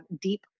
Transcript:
deep